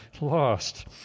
Lost